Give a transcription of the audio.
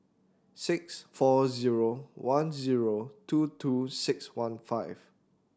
six four zero one zero two two six one five